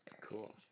Cool